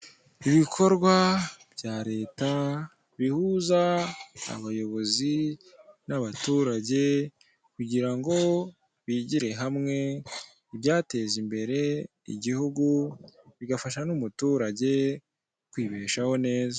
Ibikorwa bya Leta bihuza abayobozi n'abaturage kugira ngo bigire hamwe ibyateza imbere igihugu, bigafasha n'umuturage kwibeshaho neza.